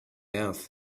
earth